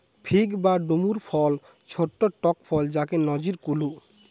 fig বা ডুমুর ফল ছট্ট টক ফল যাকে নজির কুহু